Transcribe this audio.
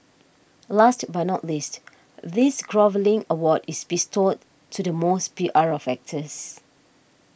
last but not least this groveling award is bestowed to the most P R of actors